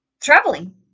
traveling